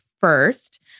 first